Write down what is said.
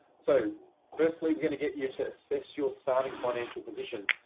so firstly, we're going to get you to assess your starting financial position.